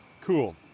Cool